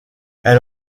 elle